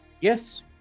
Yes